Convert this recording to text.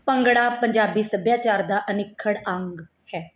ਭੰਗੜਾ ਪੰਜਾਬੀ ਸੱਭਿਆਚਾਰ ਦਾ ਅਨਿਖੜ ਅੰਗ ਹੈ